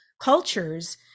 cultures